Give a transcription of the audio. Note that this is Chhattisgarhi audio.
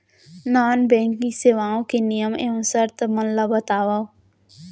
नॉन बैंकिंग सेवाओं के नियम एवं शर्त मन ला बतावव